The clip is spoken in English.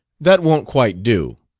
that won't quite do!